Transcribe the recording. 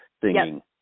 singing